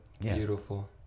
Beautiful